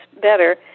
better